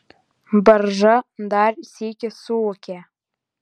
barža dar sykį suūkė